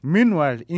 Meanwhile